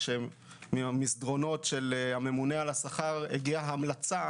כאשר מן המסדרונות של הממונה על השכר הגיעה המלצה